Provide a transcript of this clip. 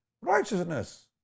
righteousness